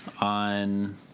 on